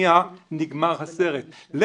הסעיף מגדיר ששימוש שיהיה פטור מפיצוי